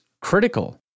critical